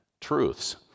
Truths